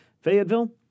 Fayetteville